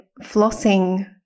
flossing